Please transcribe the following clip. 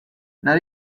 not